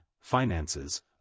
finances